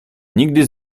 nigdy